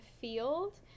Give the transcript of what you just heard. field